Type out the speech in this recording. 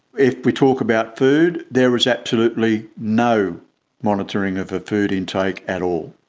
if we talk about food, there was absolutely no monitoring of her food intake at all